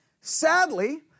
sadly